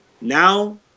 Now –